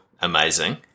amazing